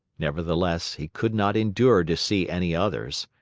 nevertheless, he could not endure to see any others.